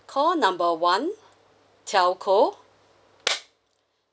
call number one telco